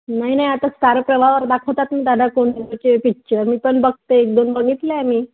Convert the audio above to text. नाही नाही आता स्टार प्रवाहवर दाखवतात ना दादा पिच्चर मी पण बघते एक दोन बघितले मी